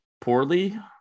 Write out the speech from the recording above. poorly